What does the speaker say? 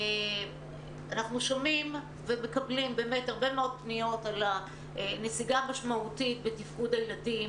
אנחנו שומעים ומקבלים הרבה מאוד פניות על נסיגה משמעותית בתפקוד הילדים,